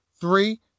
three